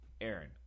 Aaron